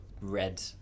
red